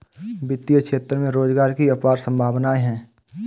वित्तीय क्षेत्र में रोजगार की अपार संभावनाएं हैं